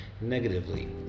negatively